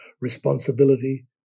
responsibility